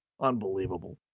Unbelievable